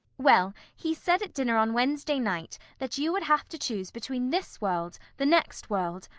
well, he said at dinner on wednesday night, that you would have to choose between this world, the next world,